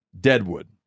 Deadwood